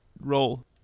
roll